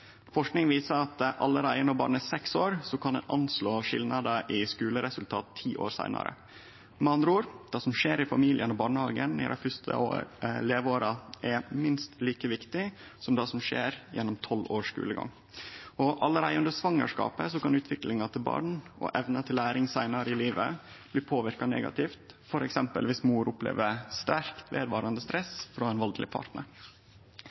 Forsking viser at allereie når barn er seks år, kan ein gå ut frå skilnader i skuleresultat ti år seinare. Med andre ord – det som skjer i familiane og barnehagen dei fyrste leveåra, er minst like viktig som det som skjer gjennom tolv år med skulegang. Allereie under svangerskapet kan utviklinga til barn og evna til læring seinare i livet bli påverka negativt, t.d. om mor opplever sterkt vedvarande